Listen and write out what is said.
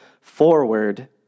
forward